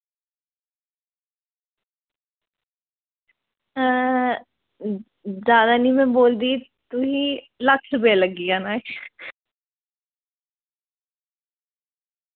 जादै निं में बोलदी तुसें ई लक्ख रपेआ लग्गी जाना